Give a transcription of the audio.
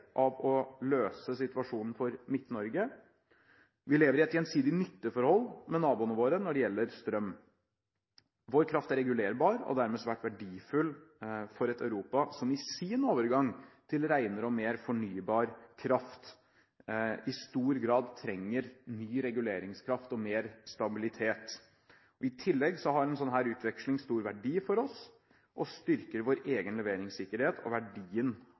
av å løse situasjonen for Midt-Norge. Vi lever i et gjensidig nytteforhold med naboene våre når det gjelder strøm. Vår kraft er regulerbar, og dermed svært verdifull for et Europa som i sin overgang til renere og mer fornybar kraft i stor grad trenger ny reguleringskraft og mer stabilitet. I tillegg har en sånn utveksling stor verdi for oss og styrker vår egen leveringssikkerhet og verdien